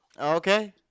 Okay